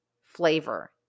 flavor